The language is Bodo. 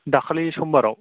दाखालि समबार आव